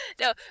No